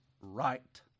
right